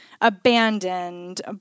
abandoned